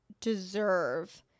deserve